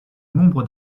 nombre